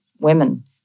women